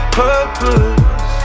purpose